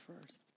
first